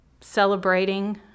celebrating